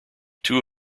two